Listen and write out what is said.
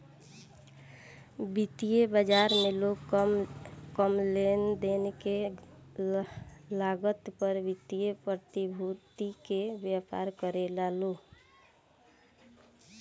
वित्तीय बाजार में लोग कम लेनदेन के लागत पर वित्तीय प्रतिभूति के व्यापार करेला लो